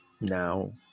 now